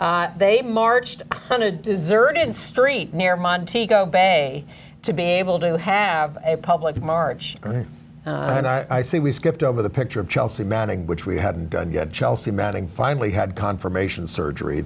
l they marched on a deserted street near monte go back a to be able to have a public march and i see we skipped over the picture of chelsea manning which we hadn't done yet chelsea manning finally had confirmation surgery